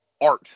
art